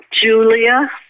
Julia